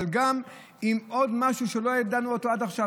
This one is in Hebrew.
אבל גם עם עוד משהו שלא ידענו אותו עד עכשיו,